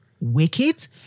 Wicked